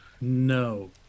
No